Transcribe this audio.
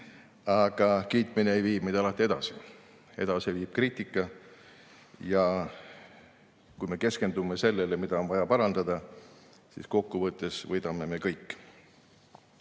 vii kiitmine meid alati edasi. Edasi viib kriitika. Ja kui me keskendume sellele, mida on vaja parandada, siis kokkuvõttes võidame me kõik.